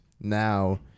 now